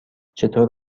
چطور